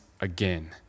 again